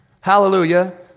Hallelujah